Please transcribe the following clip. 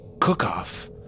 cook-off